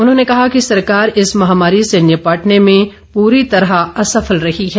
उन्होंने कहा कि सरकार इस महामारी से निपटने में पूरी तरह असफल रही है